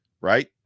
right